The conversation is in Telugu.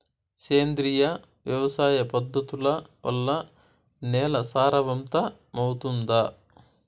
సేంద్రియ వ్యవసాయ పద్ధతుల వల్ల, నేల సారవంతమౌతుందా?